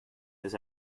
this